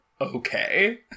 okay